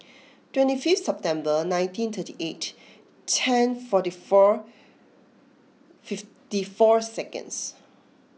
twenty fifth September nineteen thirty eight ten forty four fifty four seconds